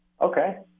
Okay